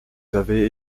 avez